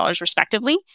respectively